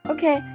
Okay